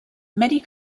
many